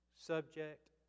subject